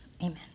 amen